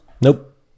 Nope